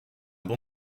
bon